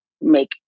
make